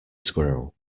squirrel